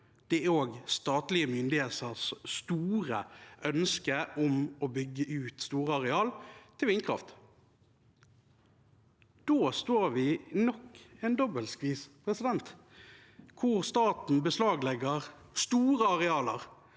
er statlige myndigheters store ønske om å bygge ut store areal til vindkraft. Da står vi i nok en dobbeltskvis, hvor staten beslaglegger store arealer